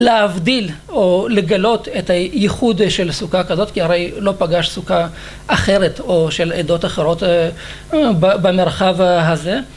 להבדיל או לגלות את הייחוד של סוכה כזאת, כי הרי לא פגש סוכה אחרת או של עדות אחרות במרחב הזה.